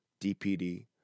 DPD